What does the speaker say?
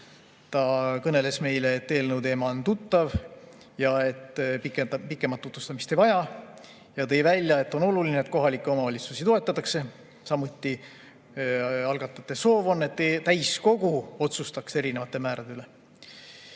Ta kõneles meile, et eelnõu teema on tuttav ja pikemat tutvustamist ei vaja. Tõi välja, et on oluline, et kohalikke omavalitsusi toetatakse. Samuti on algatajate soov, et täiskogu otsustaks erinevate määrade üle.